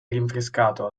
rinfrescato